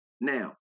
Now